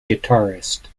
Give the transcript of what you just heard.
guitarist